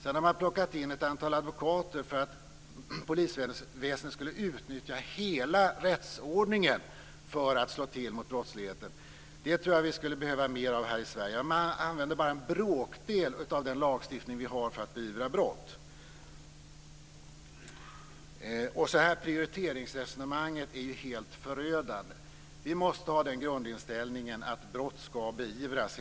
Ett antal advokater har också plockats in för att polisväsendet skall kunna utnyttja hela rättsordningen för att slå till mot brottsligheten. Det tror jag att vi skulle behöva mer av här i Sverige. Bara en bråkdel av vår lagstiftning används ju för att beivra brott. Prioriteringsresonemanget är helt förödande. Vi måste ha grundinställningen att brott skall beivras.